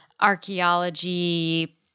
archaeology